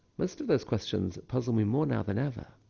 most of those questions puzzle me more now than ever.